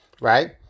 Right